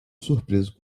surpreso